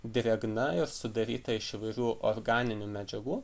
drėgna ir sudaryta iš įvairių organinių medžiagų